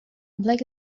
blake